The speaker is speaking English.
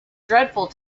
dreadful